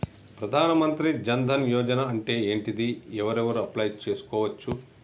ప్రధాన మంత్రి జన్ ధన్ యోజన అంటే ఏంటిది? ఎవరెవరు అప్లయ్ చేస్కోవచ్చు?